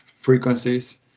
frequencies